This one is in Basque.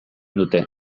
dute